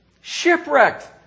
Shipwrecked